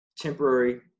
temporary